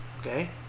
okay